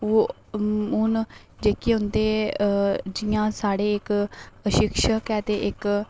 ओह् हून जेहके उं'दे जि'यां साढ़े इक प्रशिक्षक ऐ ते इक